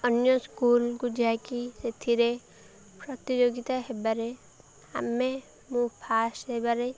ଅନ୍ୟ ସ୍କୁଲ୍କୁ ଯାଇକି ସେଥିରେ ପ୍ରତିଯୋଗିତା ହେବାରେ ଆମେ ମୁଁ ଫାଷ୍ଟ୍ ହେବାରେ